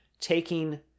taking